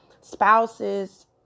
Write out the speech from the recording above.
spouses